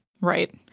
Right